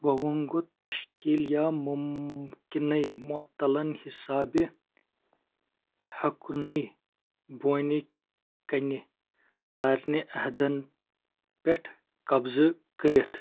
وۄنۍ گوٚو، تشکیل یا ممکنہٕ معطلن حِسابہِ ہیٚکُنے بونہِ کنہِ سارنہِ عہدن پٮ۪ٹھ قبضہٕ کٔرِتھ